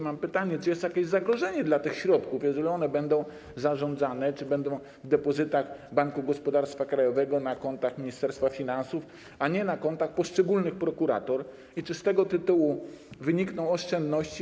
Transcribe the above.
Mam pytanie: Czy jest jakieś zagrożenie dla tych środków, jeżeli będą one w depozytach Banku Gospodarstwa Krajowego na kontach Ministerstwa Finansów, a nie na kontach poszczególnych prokuratur, i czy z tego tytułu wynikną oszczędności?